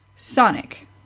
Sonic